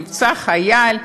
נפצע חייל.